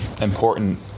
important